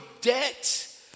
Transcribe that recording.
debt